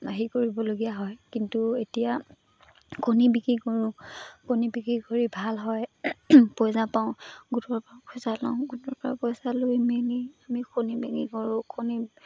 হেৰি কৰিবলগীয়া হয় কিন্তু এতিয়া কণী বিক্ৰী কৰোঁ কণী বিক্ৰী কৰি ভাল হয় পইচা পাওঁ গোটৰপৰা পইচা লওঁ গোটৰপৰা পইচা লৈ মেলি আমি কণী বিক্ৰী কৰোঁ কণী